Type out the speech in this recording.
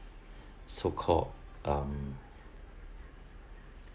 so called um